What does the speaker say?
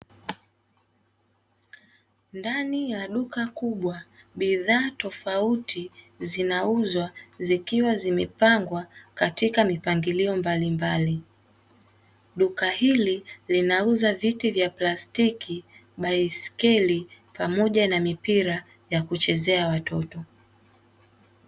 Ndani ya duka kubwa bidhaa tofauti zinauzwa, zikiwa zimepangwa katika mipangilio mbalimbali. Duka hili linauza viti vya plastiki, baiskeli pamoja na mipira ya kuchezea watoto.